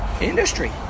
industry